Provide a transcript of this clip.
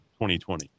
2020